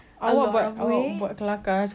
saya gain weight